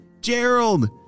Gerald